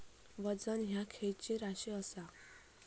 वजन ह्या खैची राशी असा?